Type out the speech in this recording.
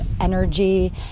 energy